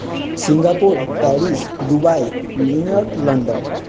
Singapore Paris Dubai New York London